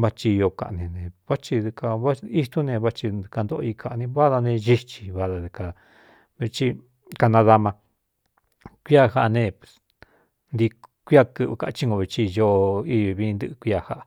vá thi í kaꞌni ne vái dɨ kāváitún ne váti nɨkantóꞌo i kaꞌni váda ne xíxi vada dkvkanadama kuia jaꞌa ne ntii kuia kɨꞌɨ kací ngo veti ñoo vvi ntɨꞌɨ kuia jaꞌa.